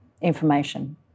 information